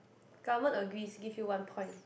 government agrees give you one point